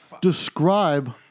describe